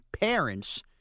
parents